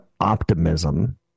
optimism